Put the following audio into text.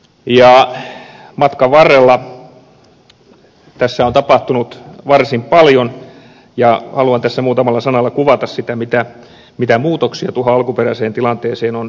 matkan varrella tässä on tapahtunut varsin paljon ja haluan tässä muutamalla sanalla kuvata sitä mitä muutoksia tuohon alkuperäiseen tilanteeseen on tapahtunut